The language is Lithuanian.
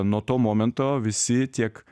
nuo to momento visi tiek